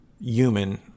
human